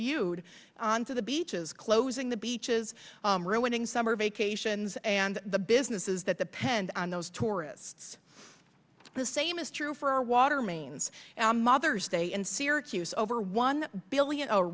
spewed onto the beaches closing the beaches ruining summer vacations and the businesses that depend on those tourists the same is true for a water mains mother's day in syracuse over one billion or